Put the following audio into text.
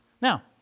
Now